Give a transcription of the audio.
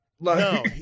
No